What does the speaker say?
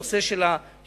הנושא של השיכון,